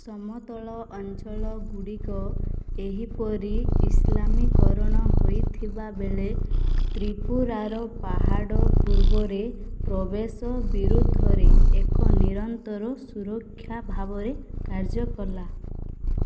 ସମତଳ ଅଞ୍ଚଳ ଗୁଡ଼ିକ ଏହିପରି ଇସଲାମୀକରଣ ହୋଇଥିବାବେଳେ ତ୍ରିପୁରାର ପାହାଡ଼ ପୂର୍ବରେ ପ୍ରବେଶ ବିରୁଦ୍ଧରେ ଏକ ନିରନ୍ତର ସୁରକ୍ଷା ଭାବରେ କାର୍ଯ୍ୟ କଲା